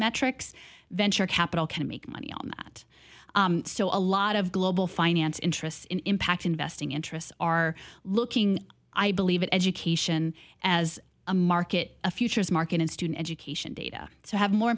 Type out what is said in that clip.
metrics venture capital can make money on that so a lot of global finance interests in impact investing interests are looking i believe in education as a market a futures market in student education data to have more